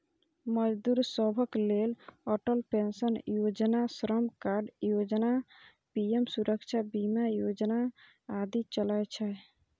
मजदूर सभक लेल अटल पेंशन योजना, श्रम कार्ड योजना, पीएम सुरक्षा बीमा योजना आदि चलै छै